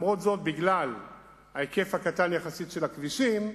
בגלל ההיקף הקטן יחסית של הכבישים,